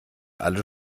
alle